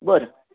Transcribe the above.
बरं